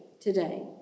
today